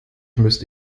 müsste